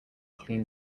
clean